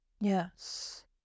yes